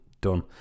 done